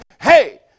hey